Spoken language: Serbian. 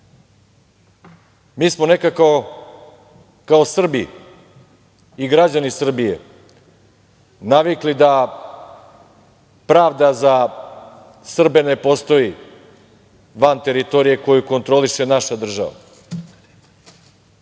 smo nekako kao Srbi i građani Srbije navikli da pravda za Srbe ne postoji van teritorije koju kontroliše naša država,